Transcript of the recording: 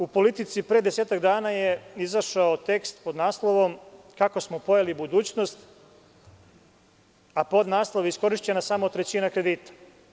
U politici pre desetak dana je izašao tekst pod naslovom „Kako smo pojeli budućnost“, a pod naslov „Iskorišćena samo trećina kredita“